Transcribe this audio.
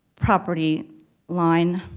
property line